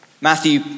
Matthew